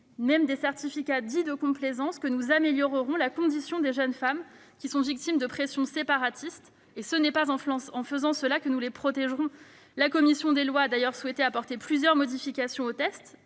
de certificats dits « de complaisance », que nous améliorerons la condition des jeunes femmes victimes de pressions séparatistes. Ce n'est pas en agissant ainsi que nous les protégerons. La commission des lois a d'ailleurs souhaité apporter plusieurs modifications au texte,